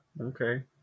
Okay